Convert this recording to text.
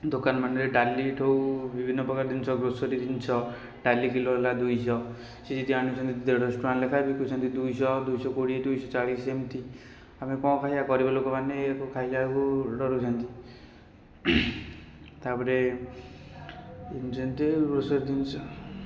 ଦୋକାନ ମାନଙ୍କରେ ଡାଲିଠାରୁ ବିଭିନ୍ନ ପ୍ରକାର ଜିନିଷ ଗ୍ରୋସରୀ ଜିନିଷ ଡାଲି କିଲୋ ହେଲା ଦୁଇଶହ ସେ ଯଦି ଆଣୁଛନ୍ତି ଦେଢ଼ଶହ ଟଙ୍କା ଲେଖାଁ ବିକୁଛନ୍ତି ଦୁଇଶହ ଦୁଇଶହ କୋଡ଼ିଏ ଦୁଇଶହ ଚାଳିଶ ଏମିତି ଆମେ କ'ଣ ଖାଇବା ଗରିବ ଲୋକମାନେ ଏହାକୁ ଖାଇବାକୁ ଡରୁଛନ୍ତି ତା'ପରେ ଯେମିତି ଗ୍ରୋସରୀ ଜିନିଷ